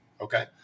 Okay